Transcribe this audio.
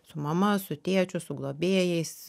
su mama su tėčiu su globėjais